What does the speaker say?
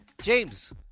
James